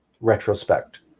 retrospect